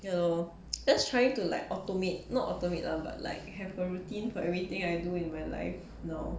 ya lor just trying to like automate not automate lah but like have a routine for everything I do in my life now